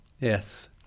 yes